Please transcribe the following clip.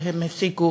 והם הפסיקו